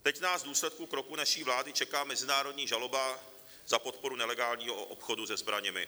Teď nás v důsledku kroku naší vlády čeká mezinárodní žaloba za podporu nelegálního obchodu se zbraněmi.